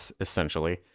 essentially